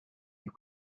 you